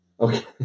Okay